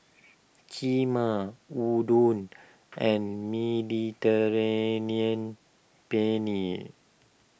Kheema Udon and Mediterranean Penne